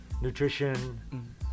Nutrition